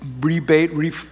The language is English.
rebate